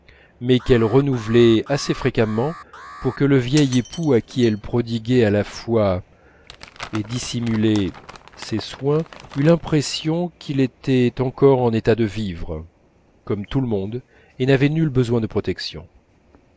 mais qu'elle renouvelait assez fréquemment pour que le vieil époux à qui elle prodiguait à la fois et dissimulait ses soins eût l'impression qu'il était encore en état de vivre comme tout le monde et n'avait nul besoin de protection